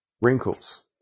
Wrinkles